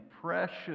Precious